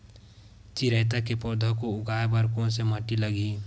चिरैता के पौधा को उगाए बर कोन से माटी लगही?